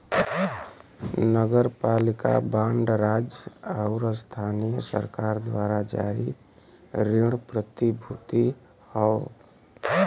नगरपालिका बांड राज्य आउर स्थानीय सरकार द्वारा जारी ऋण प्रतिभूति हौ